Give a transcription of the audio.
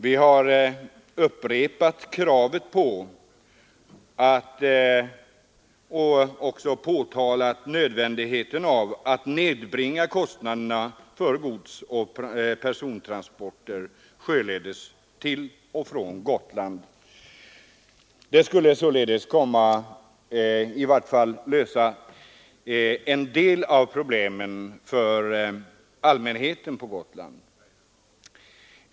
Vi har också framhållit nödvändigheten av att nedbringa kostnaderna för godsoch persontransporter sjöledes till och från Gotland. Det skulle i varje fall komma att lösa en del av problemen för allmänheten på Gotland.